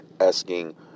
asking